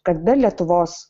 kad be lietuvos